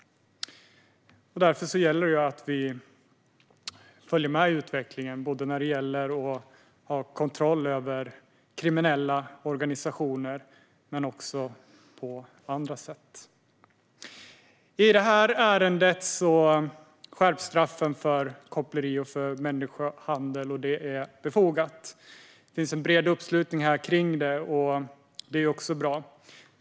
Därför gäller det att vi följer med i utvecklingen när det gäller att ha kontroll över kriminella organisationer och även på andra sätt. I detta ärende skärps straffen för koppleri och människohandel, och det är befogat. Det finns en bred uppslutning kring detta här, och det är också bra.